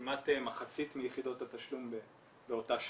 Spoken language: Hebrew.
כמעט מחצית מיחידות התשלום באותה שנה.